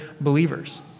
believers